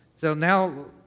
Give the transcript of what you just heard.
so, now,